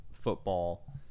football